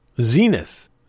Zenith